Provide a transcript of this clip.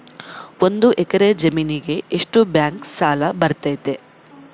ಒಂದು ಎಕರೆ ಜಮೇನಿಗೆ ಎಷ್ಟು ಬ್ಯಾಂಕ್ ಸಾಲ ಬರ್ತೈತೆ?